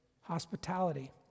hospitality